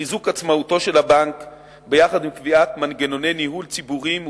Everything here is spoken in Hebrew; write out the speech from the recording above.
וחיזוק עצמאותו של הבנק לצד קביעת מנגנוני ניהול ציבוריים ושקופים,